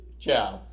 Ciao